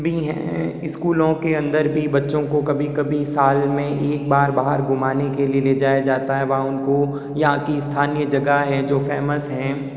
भी हैं स्कूलों के अंदर भी बच्चों को कभी कभी साल में एक बार बाहर घुमाने के लिए ले जाया जाता है वहाँ उनको यहाँ की स्थानीय जगह हैं जो फ़ेमस है